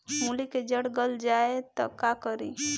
मूली के जर गल जाए त का करी?